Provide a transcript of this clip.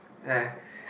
ya